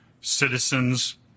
citizens